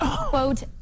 Quote